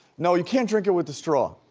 no, you can't drink it with a straw.